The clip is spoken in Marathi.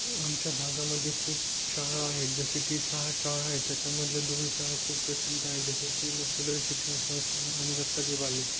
आमच्या भागामध्ये खूप शाळा आहेत जसे की सहा शाळा आहे त्याच्यामधल्या दोन शाळा खूप प्रसिद्ध आहे जसं की मसुदरी शिक्षण संस्था आणि दत्ताजी बाल्हे